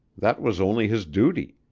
that was only his duty.